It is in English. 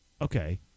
Okay